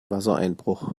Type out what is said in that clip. wassereinbruch